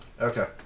Okay